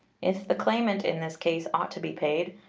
if the claimant in this case ought to be paid,